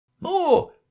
More